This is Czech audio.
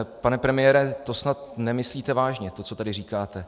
Pane premiére, to snad nemyslíte vážně, to, co tady říkáte.